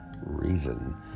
reason